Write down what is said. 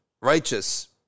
righteous